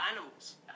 animals